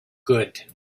good